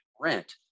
rent